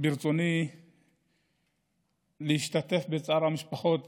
ברצוני להשתתף בצער משפחות